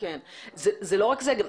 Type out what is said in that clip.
זה לא רק זה.